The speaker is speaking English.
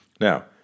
Now